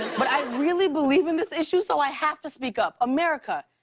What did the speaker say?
but i really believe in this issue, so i have to speak up. america,